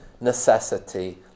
necessity